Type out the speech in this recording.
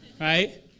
right